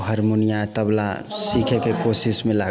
हारमोनिया तबला सिखै के कोशिशमे लागल